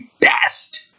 best